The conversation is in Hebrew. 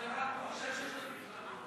אתם עושים שימוש לרעה,